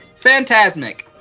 Fantasmic